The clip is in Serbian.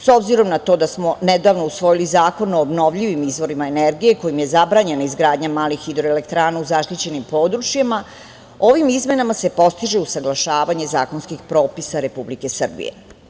S obzirom na to da smo nedavno usvojili Zakon o obnovljivim izvorima energije kojim je zabranjena izgradnja malih hidroelektrana u zaštićenim područjima, ovim izmenama se postižu usaglašavanje zakonskih propisa Republike Srbije.